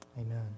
Amen